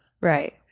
Right